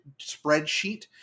spreadsheet